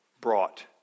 brought